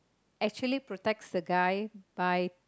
actually protects the guy by